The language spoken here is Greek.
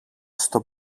στο